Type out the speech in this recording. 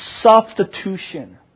Substitution